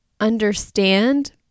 understand